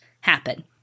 happen